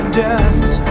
dust